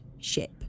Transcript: ship